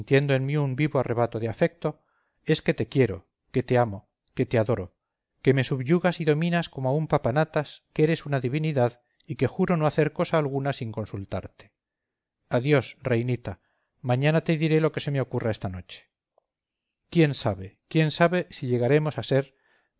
un vivo arrebato de afecto es que te quiero que te amo que te adoro que me subyugas y dominas como a un papanatas que eres una divinidad y que juro no hacer cosa alguna sin consultarte adiós reinita mañana te diré lo que se me ocurra esta noche quién sabe quién sabe si llegaremos a ser